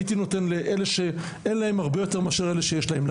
הייתי נותן לאלה שאין להם הרבה יותר מאלה שיש להם.